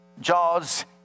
jaws